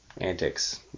Antics